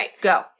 go